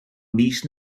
mis